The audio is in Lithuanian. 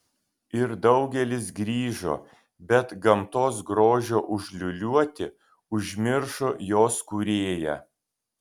ir daugelis grįžo bet gamtos grožio užliūliuoti užmiršo jos kūrėją